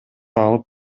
алып